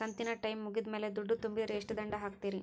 ಕಂತಿನ ಟೈಮ್ ಮುಗಿದ ಮ್ಯಾಲ್ ದುಡ್ಡು ತುಂಬಿದ್ರ, ಎಷ್ಟ ದಂಡ ಹಾಕ್ತೇರಿ?